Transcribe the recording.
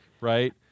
right